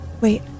Wait